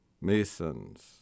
masons